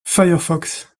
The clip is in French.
firefox